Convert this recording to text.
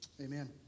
Amen